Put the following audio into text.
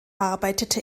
arbeitete